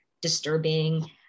disturbing